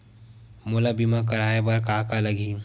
मोला बीमा कराये बर का का लगही?